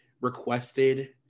requested